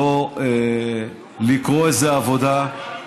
לא לקרוא איזו עבודה.